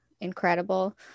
incredible